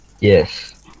Yes